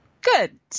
good